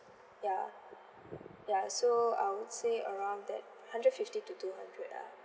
ya ya so ya I would say around that hundred fifty to two hundred lah